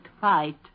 fight